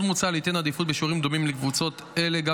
עוד מוצע לתת עדיפות בשיעורים דומים לקבוצות אלה גם